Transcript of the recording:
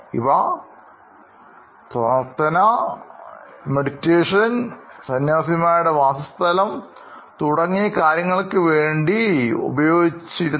ഇവ പ്രാർത്ഥന ധാന്യം സന്യാസിമാരുടെ വാസസ്ഥലം തുടങ്ങിയ കാര്യങ്ങൾക്ക് ഉപയോഗിക്കുന്നു